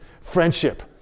friendship